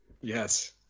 Yes